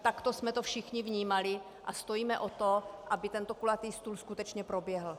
Takto jsme to všichni vnímali a stojíme o to, aby tento kulatý stůl skutečně proběhl.